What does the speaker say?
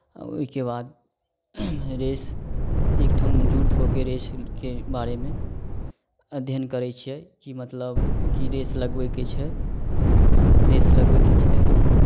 आ ओहिके बाद रेस एक ठाम जुट हो कऽ रेसके बारेमे अध्ययन करै छियै कि मतलब कि रेस लगबयके छै रेस लगबयके छै तऽ